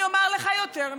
אני אומר לך יותר מזה,